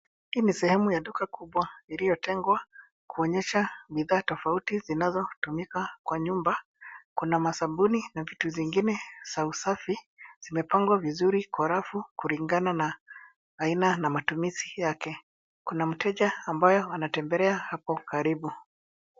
Hii ni sehemu ya duka kubwa iliyotengwa kuonyesha bidhaa tofauti zinazotumika kwa nyumba. Kuna masabuni na vitu zingine za usafi, zimepangwa vizuri kwa rafu kulingana na aina na matumizi yake. Kuna mteja ambaye anatembelea hapo karibu.